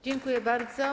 Dziękuję bardzo.